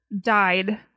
died